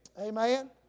Amen